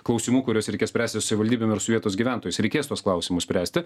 klausimų kuriuos reikia spręsti su savivaldybėm ir su vietos gyventojais reikės tuos klausimus spręsti